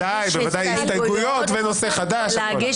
בוודאי, הסתייגויות ונושא חדש, הכול.